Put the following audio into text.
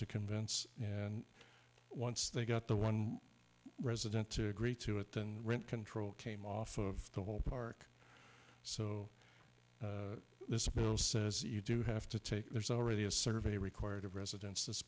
to convince and once they got the one resident to agree to it and rent control came off of the whole park so this a bill says you do have to take there's already a survey required of residents this